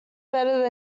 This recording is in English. better